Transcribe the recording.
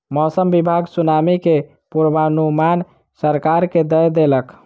मौसम विभाग सुनामी के पूर्वानुमान सरकार के दय देलक